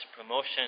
promotion